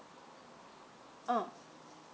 oh